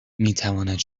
میتواند